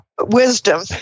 wisdom